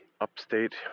upstate